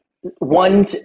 One